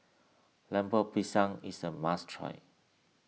Lemper Pisang is a must try